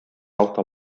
auto